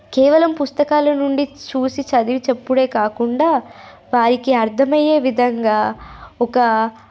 కేవలం పుస్తకాల నుండి చూసి చదివి చెప్పడమే కాకుండా వారికి అర్థమయ్యే విధంగా ఒక